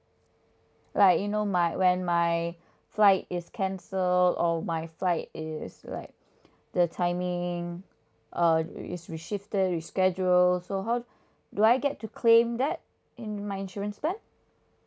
like you know my when my flight is cancelled or my flight is like the timing err is re-shifted re-scheduled so how do I get to claim that in my insurance plan